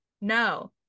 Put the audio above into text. No